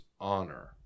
honor